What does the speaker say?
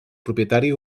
propietari